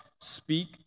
Speak